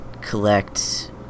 collect